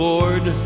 Lord